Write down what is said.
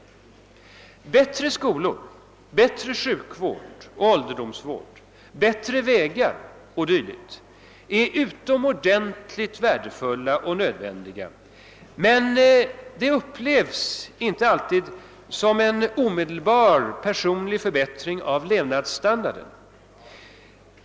Bättre skolor, bättre sjukvård och åldringsvård, bättre vägar o. d. är utomordentligt värdefullt och nödvändigt, men det upplevs inte alltid som en omedelbar personlig förbättring av levnadsstandarden.